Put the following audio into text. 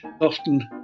often